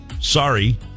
Sorry